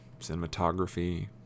cinematography